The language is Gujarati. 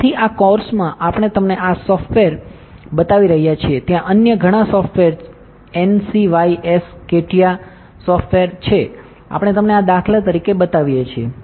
તેથી આ કોર્સમાં આપણે તમને આ સ સોફ્ટવેર બતાવી રહ્યા છીએ ત્યાં અન્ય ઘણાં સ સોફ્ટવેર એનસીવાયએસ કેટિયા સોફ્ટવેર છે આપણે તમને આ દાખલા તરીકે બતાવીએ છીએ